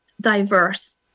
diverse